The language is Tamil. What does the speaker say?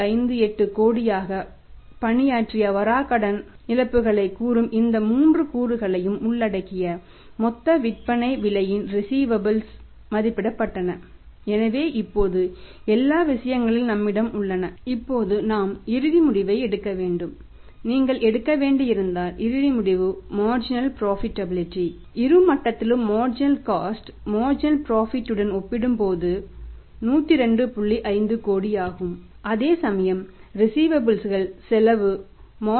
58 கோடியாக பணியாற்றிய வராக்கடன் இழப்புகளைக் கூறும் இந்த மூன்று கூறுகளையும் உள்ளடக்கிய மொத்த விற்பனை விலையில் ரிஸீவபல்ஸ் உடன் ஒப்பிடும் போது 102